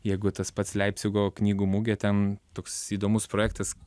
jeigu tas pats leipcigo knygų mugė ten toks įdomus projektas